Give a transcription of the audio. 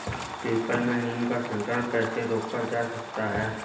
People में नीम का संकरण कैसे रोका जा सकता है?